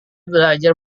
belajar